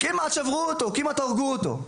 כמעט שברו אותו והרגו אותו.